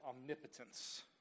omnipotence